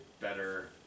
better